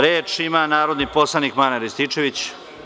Reč ima narodni poslanik Marijan Rističević.